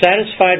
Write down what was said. satisfied